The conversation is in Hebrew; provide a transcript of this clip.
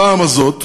הפעם הזאת,